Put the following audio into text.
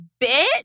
bitch